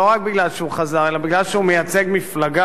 לא רק בגלל שהוא חזר אלא בגלל שהוא מייצג מפלגה